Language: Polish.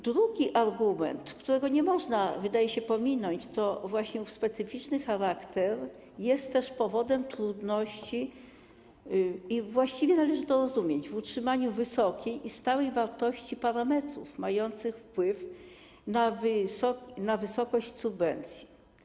Drugi argument, którego nie można, wydaje się, pominąć, to właśnie to, że specyficzny charakter jest też powodem trudności i właściwie należy to rozumieć w utrzymaniu wysokiej i stałej wartości parametrów mających wpływ na wysokość subwencji.